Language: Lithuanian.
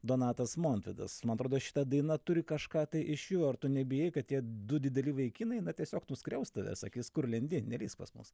donatas montvydas man atrodo šita daina turi kažką tai iš jų ar tu nebijai kad tie du dideli vaikinai na tiesiog nuskriaus tave sakys kur lendi nelįsk pas mus